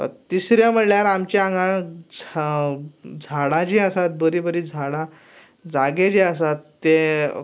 तिसरें म्हणल्यार आमचें हांगा छ झाडां जीं आसात बरी बरी झाडां जागे जे आसात ते